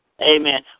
Amen